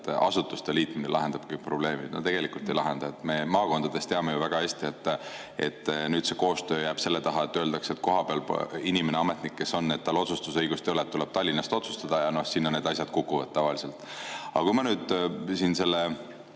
asutuste liitmine lahendab kõik probleemid. No tegelikult ei lahenda. Me maakondades teame ju väga hästi, et nüüd see koostöö jääb selle taha, et öeldakse, et kohapealsel inimesel, ametnikul, kes seal on, otsustusõigust ei ole, tuleb Tallinnast otsustada. Sinna need asjad kukuvad tavaliselt. Aga kui ma nüüd selle